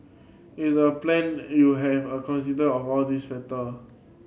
it's a plan you have a consider of all these factor